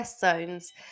zones